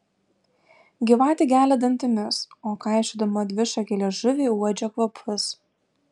gyvatė gelia dantimis o kaišiodama dvišaką liežuvį uodžia kvapus